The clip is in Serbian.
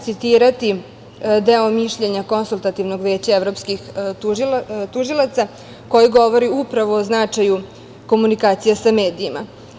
Citiraću deo mišljenja Konsultativnog veća evropskih tužilaca koje govori upravo o značaju komunikacije sa medijima.